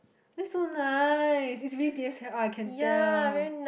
that's so nice it's D_S_L_R ah can tell